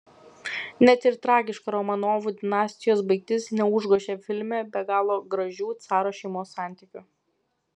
net ir tragiška romanovų dinastijos baigtis neužgožia filme be galo gražių caro šeimos santykių